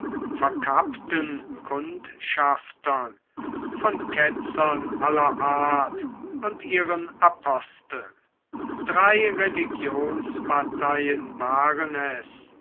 verkappten kundschaftern von ketzern aller art und ihren aposteln drei religionsparteien waren es